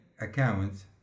accounts